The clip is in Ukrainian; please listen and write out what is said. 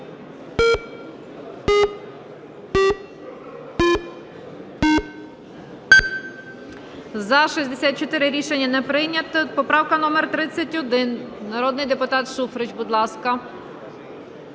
За-64 Рішення не прийнято. Поправка номер 31. Народний депутат Шуфрич, будь ласка.